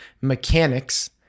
mechanics